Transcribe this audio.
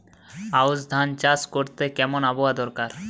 আউশ ধান চাষ করতে কেমন আবহাওয়া দরকার?